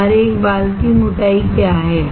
हमारे एक बाल की मोटाई क्या है